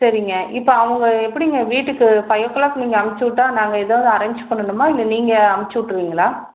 சரிங்க இப்போ அவங்க எப்படிங்க வீட்டுக்கு ஃபைவ் ஓ கிளாக் நீங்கள் அனுப்பிச்சுட்டா நாங்கள் ஏதாவது அரேஞ்ச் பண்ணணுமா இல்லை நீங்கள் அனுப்பிச்சுட்ருவிங்களா